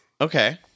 okay